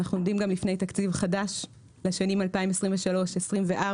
אנחנו עומדים בפני תקציב חדש לשנים 2023 2024,